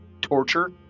torture